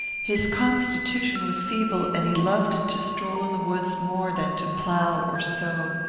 his constitution was feeble, and he loved to stroll in the woods more than to plough or sow.